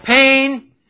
pain